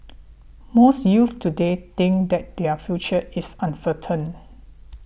most youths today think that their future is uncertain